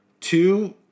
two